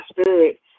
Spirit